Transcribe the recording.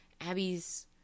Abby's